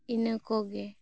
ᱤᱱᱟ ᱠᱚᱜᱮ